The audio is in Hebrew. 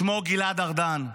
שמו גלעד ארדן.